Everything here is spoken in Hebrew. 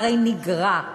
הרי נגרע.